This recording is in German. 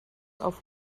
auf